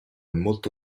molto